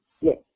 Yes